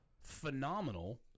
phenomenal